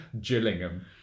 Gillingham